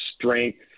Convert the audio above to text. strength